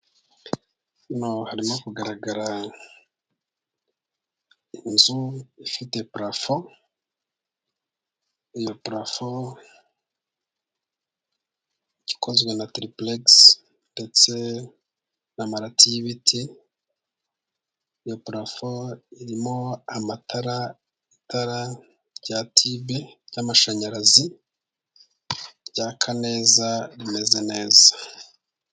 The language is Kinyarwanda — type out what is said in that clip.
Naho harimo kugaragara inzu ifite parafo, iyo parafo ikozwe na tiripuregisi ndetse n'amarati y'ibiti. Iyo parafo irimo amatara itara rya tibe ry'amashanyarazi ryaka neza rimeze neza.